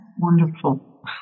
wonderful